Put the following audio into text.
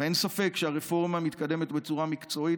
אין ספק שהרפורמה מתקדמת בצורה מקצועית,